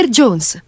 jones